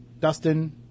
Dustin